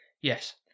Yes